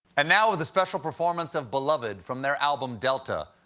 and now, with a special performance of beloved from their album delta,